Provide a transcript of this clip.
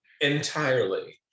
Entirely